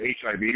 HIV